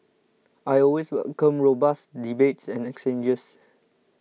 I always welcome robust debates and exchanges